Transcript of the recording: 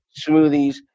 smoothies